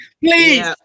please